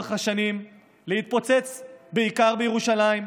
לאורך השנים להתפוצץ בעיקר בירושלים.